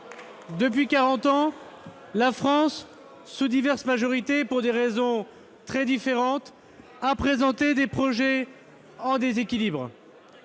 ministre !... la France, sous diverses majorités et pour des raisons très différentes, a présenté des projets en déséquilibre.